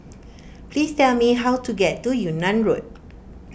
please tell me how to get to Yunnan Road